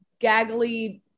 gaggly